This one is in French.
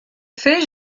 fait